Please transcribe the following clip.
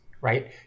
right